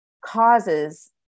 causes